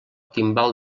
timbal